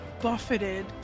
buffeted